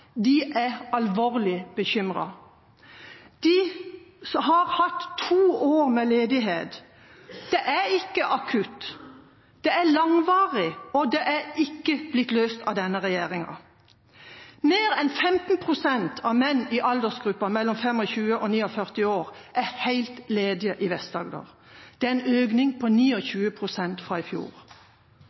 De er alvorlig bekymret. De har hatt to år med ledighet. Det er ikke akutt. Det er langvarig, og det er ikke blitt løst av denne regjeringa. Mer enn 15 pst. av menn i aldersgruppen mellom 25 år og 49 år er helt ledige i Vest-Agder. Det er en økning på 29 pst. fra i fjor.